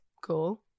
cool